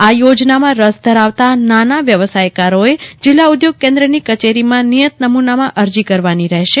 આ યોજનામાં રસ ધરાવતા નાના વ્યવસાયકારોએ જિલ્લા ઉઘોગ કેન્દ્રની કચેરીમાં નિયત નમુનામાં અરજી કરવાની રહેશે